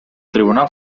tribunal